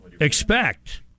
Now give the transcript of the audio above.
expect